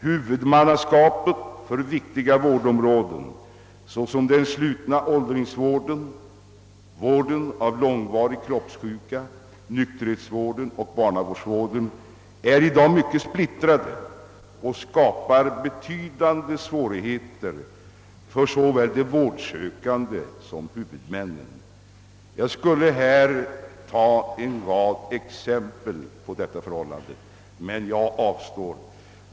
Huvudmannaskapen inom viktiga vårdområden — såsom den slutna åldringsvården, vården av långvarigt kroppssjuka, nykterhetsvården och barnavården — är i dag mycket splittrade och det skapar betydande svårigheter för såväl de vårdsökande som huvudmännen. Jag skulle kunna ge en rad exempel på detta men avstår.